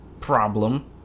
problem